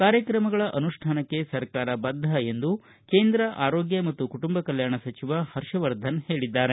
ಕಾರ್ಯಕ್ರಮಗಳ ಅನುಷ್ಠಾನಕ್ಕೆ ಸರ್ಕಾರ ಬದ್ದ ಎಂದು ಕೇಂದ್ರ ಆರೋಗ್ಟ ಮತ್ತು ಕುಟುಂಬ ಕಲ್ವಾಣ ಸಚಿವ ಹರ್ಷವರ್ಧನ್ ಹೇಳಿದ್ದಾರೆ